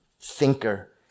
thinker